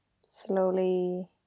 slowly